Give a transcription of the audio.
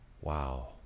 Wow